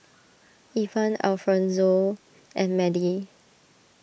Evan Alfonzo and Madie